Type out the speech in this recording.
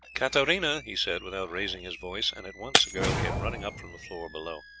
katarina! he said without raising his voice, and at once a girl came running up from the floor below.